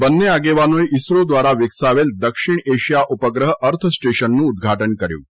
બંને આગેવાનોએ ઇસરો દ્વારા વિકસાવેલ દક્ષિણ એશિયા ઉપગ્રહ અર્થસ્ટેશનનું ઉદઘાટન કર્યું હતું